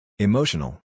Emotional